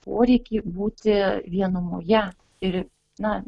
poreikį būti vienumoje ir na